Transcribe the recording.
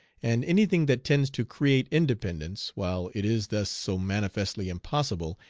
and any thing that tends to create independence, while it is thus so manifestly impossible,